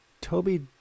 Toby